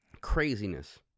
Craziness